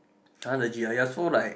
!huh! legit ah you are so like